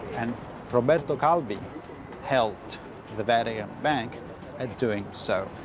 and roberto calvi helped the vatican bank at doing so.